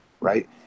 right